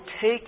take